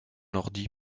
ordi